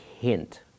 hint